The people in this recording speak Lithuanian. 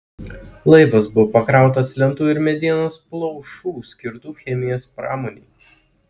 laivas buvo pakrautas lentų ir medienos plaušų skirtų chemijos pramonei